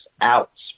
outs